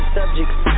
subjects